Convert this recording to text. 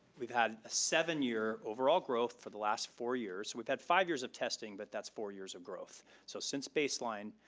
we've had seven year overall growth for the last four years. we've had five years of testing, but that's four years of growth. so since baseline,